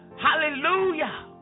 Hallelujah